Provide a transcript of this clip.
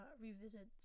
revisit